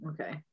Okay